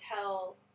tell